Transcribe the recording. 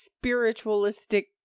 spiritualistic